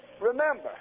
remember